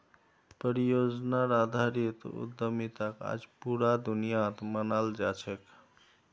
परियोजनार आधारित उद्यमिताक आज पूरा दुनियात मानाल जा छेक